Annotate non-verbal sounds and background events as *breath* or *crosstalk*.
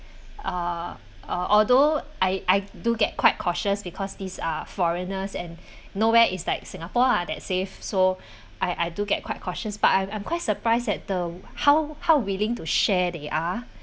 uh uh although I I do get quite cautious because these are foreigners and nowhere is like singapore ah that safe so I I *breath* do get quite cautious but I'm I'm quite surprised at the how how willing to share they are